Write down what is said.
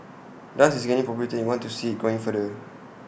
dance is gaining popularity we want to see IT growing further